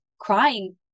crying